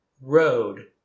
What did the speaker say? road